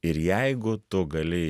ir jeigu tu gali